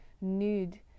nude